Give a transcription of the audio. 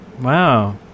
Wow